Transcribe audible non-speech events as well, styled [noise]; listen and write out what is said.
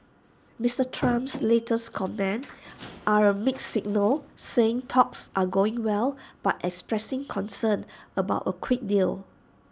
Mister Trump's [noise] latest comments are A mixed signal saying talks are going well but expressing concern about A quick deal